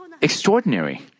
extraordinary